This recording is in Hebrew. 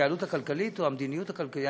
ההתייעלות הכלכלית או המדיניות הכלכלית,